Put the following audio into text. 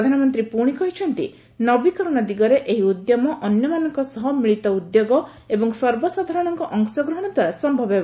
ପ୍ରଧାନମନ୍ତ୍ରୀ ପୁଣି କହିଛନ୍ତି ନବୀକରଣ ଦିଗରେ ଏହି ଉଦ୍ୟମ ଅନ୍ୟମାନଙ୍କ ସହ ମିଳିତ ଉଦ୍ୟୋଗ ଏବଂ ସର୍ବସାଧାରଣଙ୍କ ଅଂଶଗ୍ରହଣ ଦ୍ୱାରା ସମ୍ଭବ ହେବ